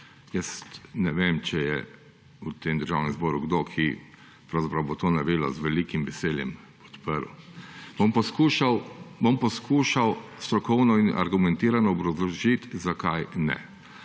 Jaz ne vem, če je v tem državnem zboru kdo, ki pravzaprav bo to novelo z velikim veseljem podprl. Bom poskušal strokovno in argumentirano obrazložiti, zakaj ne.